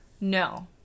No